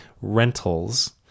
rentals